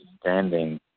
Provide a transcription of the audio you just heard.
standing